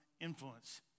influence